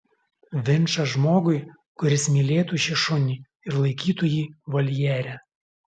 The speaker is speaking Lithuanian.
vinčą žmogui kuris mylėtų šį šunį ir laikytų jį voljere